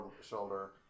shoulder